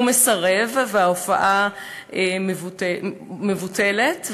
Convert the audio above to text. הוא מסרב וההופעה מבוטלת.